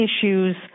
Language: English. issues